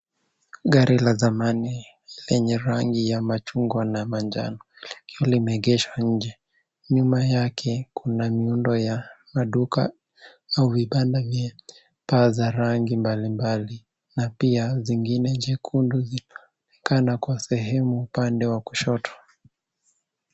Gari la zamani lenye rangi ya machungwa na manjano likiwa limeegeshwa inje. Nyuma yake kuna miundo ya maduka au vibanda vya paa za rangi mbalimbali, na pia zingine jekundu zinaonekana kwa sehemu upande wa kushoto.